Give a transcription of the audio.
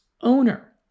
owner